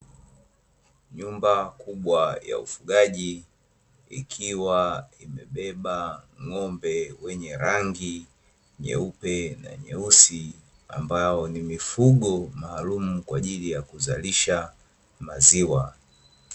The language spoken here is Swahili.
Nyumba kubwa ya ufugaji, ikiwa imebeba ng’ombe wenye rangi nyeupe na nyeusi. Ambao ni mifugo maalumu kwaaajili ya kuzalisha maziwa.